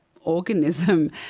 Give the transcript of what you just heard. organism